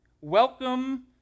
Welcome